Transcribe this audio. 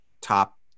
top